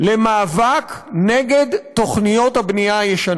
למאבק בתוכניות הבנייה הישנות.